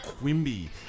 Quimby